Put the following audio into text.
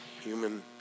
human